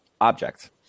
objects